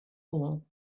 all